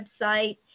website